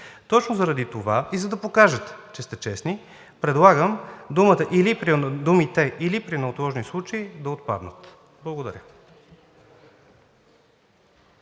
Точно заради това и за да покажете, че сте честни, предлагам думите „или при неотложни случаи“ да отпаднат. Благодаря.